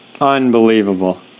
Unbelievable